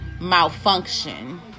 malfunction